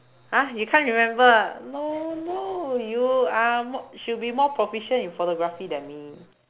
!huh! you can't remember ah no no you are mo~ should be more proficient in photography than me